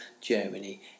Germany